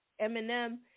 Eminem